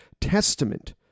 testament